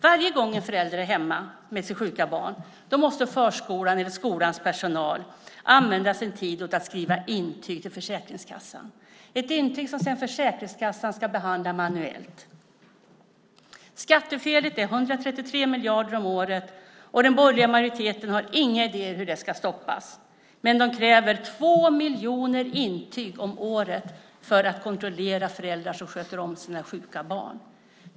Varje gång en förälder är hemma med sjuka barn måste förskolans eller skolans personal använda sin tid åt att skriva intyg till Försäkringskassan. Intyget ska sedan Försäkringskassan behandla manuellt. Skattefelet är 133 miljarder om året, och den borgerliga majoriteten har inga idéer om hur det ska stoppas, men de kräver två miljoner intyg om året för att kontrollera föräldrar som sköter om sina sjuka barn.